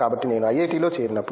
కాబట్టి నేను ఐఐటిలో చేరినప్పుడు